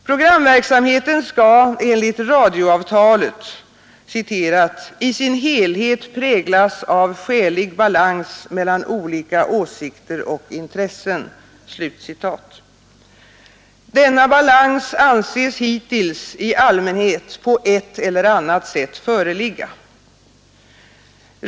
Programverksamheten skall enligt radioavtalet ”i sin helhet präglas av skälig balans mellan olika åsikter och intressen”. Denna balans anses hittills i allmänhet på ett eller annat sätt föreligga.